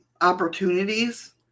opportunities